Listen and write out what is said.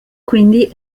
quindi